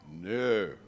No